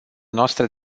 noastre